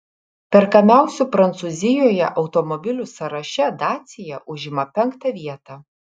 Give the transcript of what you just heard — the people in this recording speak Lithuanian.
perkamiausių prancūzijoje automobilių sąraše dacia užima penktą vietą